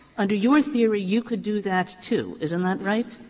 under your theory you could do that, too, isn't that right?